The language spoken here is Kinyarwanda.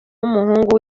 w’umuhungu